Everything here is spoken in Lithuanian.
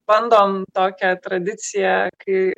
bandom tokią tradiciją kai